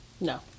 No